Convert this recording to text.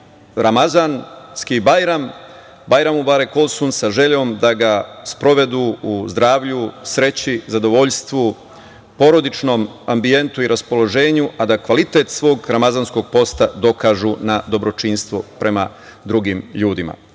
Ramazanski bajram – Bajram mubarek olsun, sa željom da ga sprovedu u zdravlju, sreći, zadovoljstvu, porodičnom ambijentu i raspoloženju, a da kvalitet svog ramazanskog posta dokažu na dobročinstvu prema drugim ljudima. Hvala